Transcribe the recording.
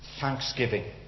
thanksgiving